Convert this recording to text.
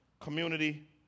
community